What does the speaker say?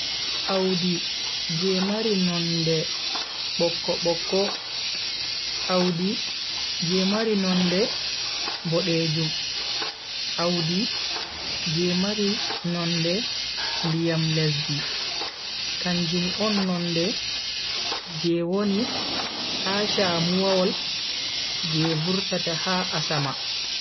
Audi je mari noonde bokko-bokko, audi je mari nonde bodeejum, audi je mari nonde ndiyam lesdi, kanjum on nonde je woni ha shamuwol je vurtata ha Asama.